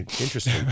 interesting